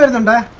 and and